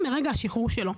מרגע השחרור שלו.